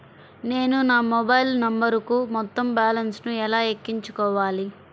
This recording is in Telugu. నేను నా మొబైల్ నంబరుకు మొత్తం బాలన్స్ ను ఎలా ఎక్కించుకోవాలి?